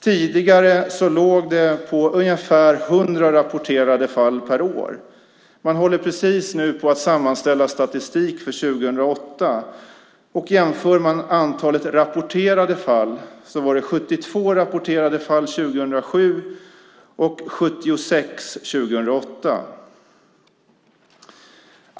Tidigare låg det på ungefär 100 rapporterade fall per år. Man sammanställer just nu statistik för 2008. Det var 72 rapporterade fall 2007 och 76 år 2008.